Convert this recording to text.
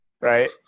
right